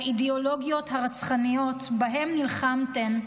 האידיאולוגיות הרצחניות שבהן נלחמתם,